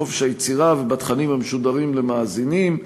בחופש היצירה ובתכנים המשודרים למאזינים.